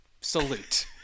salute